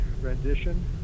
rendition